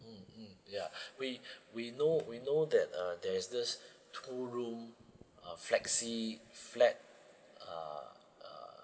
mmhmm ya we know we know that uh there's this two room uh flexi flat uh uh